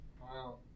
Wow